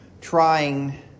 trying